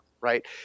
right